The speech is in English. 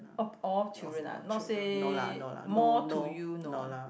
oh all children ah not say more to you no ah